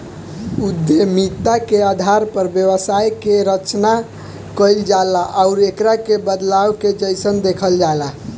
उद्यमिता के आधार पर व्यवसाय के रचना कईल जाला आउर एकरा के बदलाव के जइसन देखल जाला